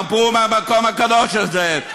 הרפו מהמקום הקדוש הזה.